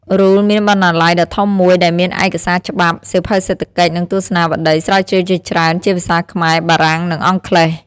RULE មានបណ្ណាល័យដ៏ធំមួយដែលមានឯកសារច្បាប់ សៀវភៅសេដ្ឋកិច្ច និងទស្សនាវដ្តីស្រាវជ្រាវជាច្រើន ជាភាសាខ្មែរ បារាំង និងអង់គ្លេស។